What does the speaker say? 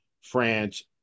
France